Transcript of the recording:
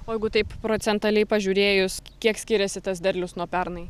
o jeigu taip procentaliai pažiūrėjus kiek skiriasi tas derlius nuo pernai